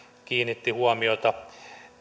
kiinnitti huomiota